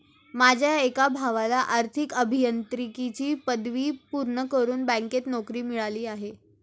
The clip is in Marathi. माझ्या एका भावाला आर्थिक अभियांत्रिकीची पदवी पूर्ण करून बँकेत नोकरी मिळाली आहे